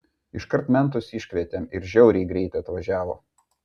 iškart mentus iškvietėm ir žiauriai greit atvažiavo